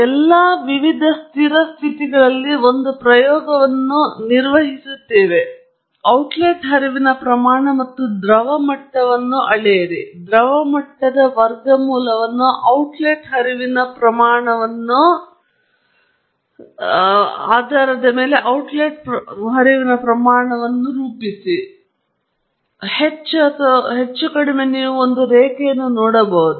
ಎಲ್ಲಾ ವಿವಿಧ ಸ್ಥಿರ ರಾಜ್ಯಗಳಲ್ಲಿ ಒಂದು ಪ್ರಯೋಗವನ್ನು ನಿರ್ವಹಿಸುತ್ತವೆ ಔಟ್ಲೆಟ್ ಹರಿವಿನ ಪ್ರಮಾಣ ಮತ್ತು ದ್ರವ ಮಟ್ಟವನ್ನು ಅಳೆಯಿರಿ ದ್ರವ ಮಟ್ಟದ ವರ್ಗಮೂಲವನ್ನು ಔಟ್ಲೆಟ್ ಹರಿವಿನ ಪ್ರಮಾಣವನ್ನು ಕಥಾವಸ್ತುವನ್ನು ರೂಪಿಸಿ ನೀವು ಹೆಚ್ಚು ಅಥವಾ ಕಡಿಮೆ ರೇಖೆಯನ್ನು ನೋಡಬೇಕು